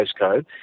postcode